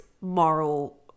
moral